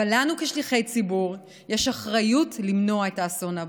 אבל לנו כשליחי ציבור יש אחריות למנוע את האסון הבא.